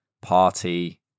Party